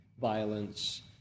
violence